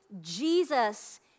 Jesus